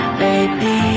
baby